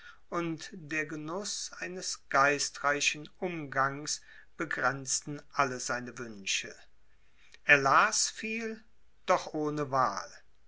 und der genuß eines geistreichen umgangs begrenzten alle seine wünsche er las viel doch ohne wahl